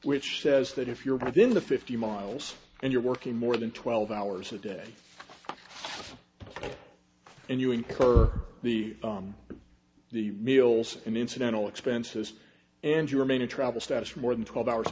which says that if you're given the fifty miles and you're working more than twelve hours a day and you incur the the meals and incidental expenses and you remain a travel status for more than twelve hours